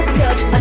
touch